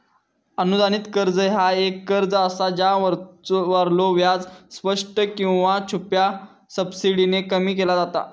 अनुदानित कर्ज ह्या एक कर्ज असा ज्यावरलो व्याज स्पष्ट किंवा छुप्या सबसिडीने कमी केला जाता